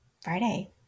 Friday